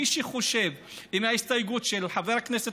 מי שחושב שאם ההסתייגות של חבר הכנסת